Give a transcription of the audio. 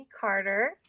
Carter